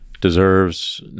deserves